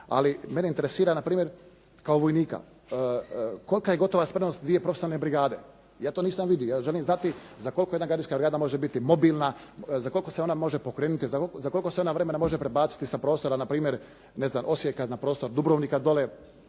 Ali mene interesira na primjer kao vojnika kolika je gotova spremnost dvije profesionalne brigade. Ja to nisam vidio. Ja želim znati za koliko jedna gardijska brigada može biti mobilna, za koliko se ona može pokrenuti, za koliko se ona vremena može prebaciti sa prostora na primjer ne znam Osijeka na prostor Dubrovnika dole.